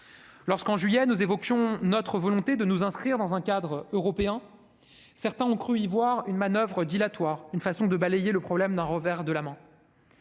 dernier, nous évoquions notre volonté de nous inscrire dans un cadre européen, certains ont cru y voir une manoeuvre dilatoire, une façon de balayer le problème d'un revers de la main.